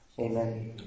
amen